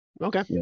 Okay